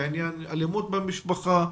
אלימות במשפחה,